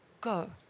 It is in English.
Go